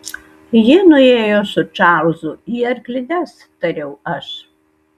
ji nuėjo su čarlzu į arklides tariau aš